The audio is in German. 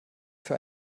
für